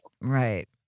Right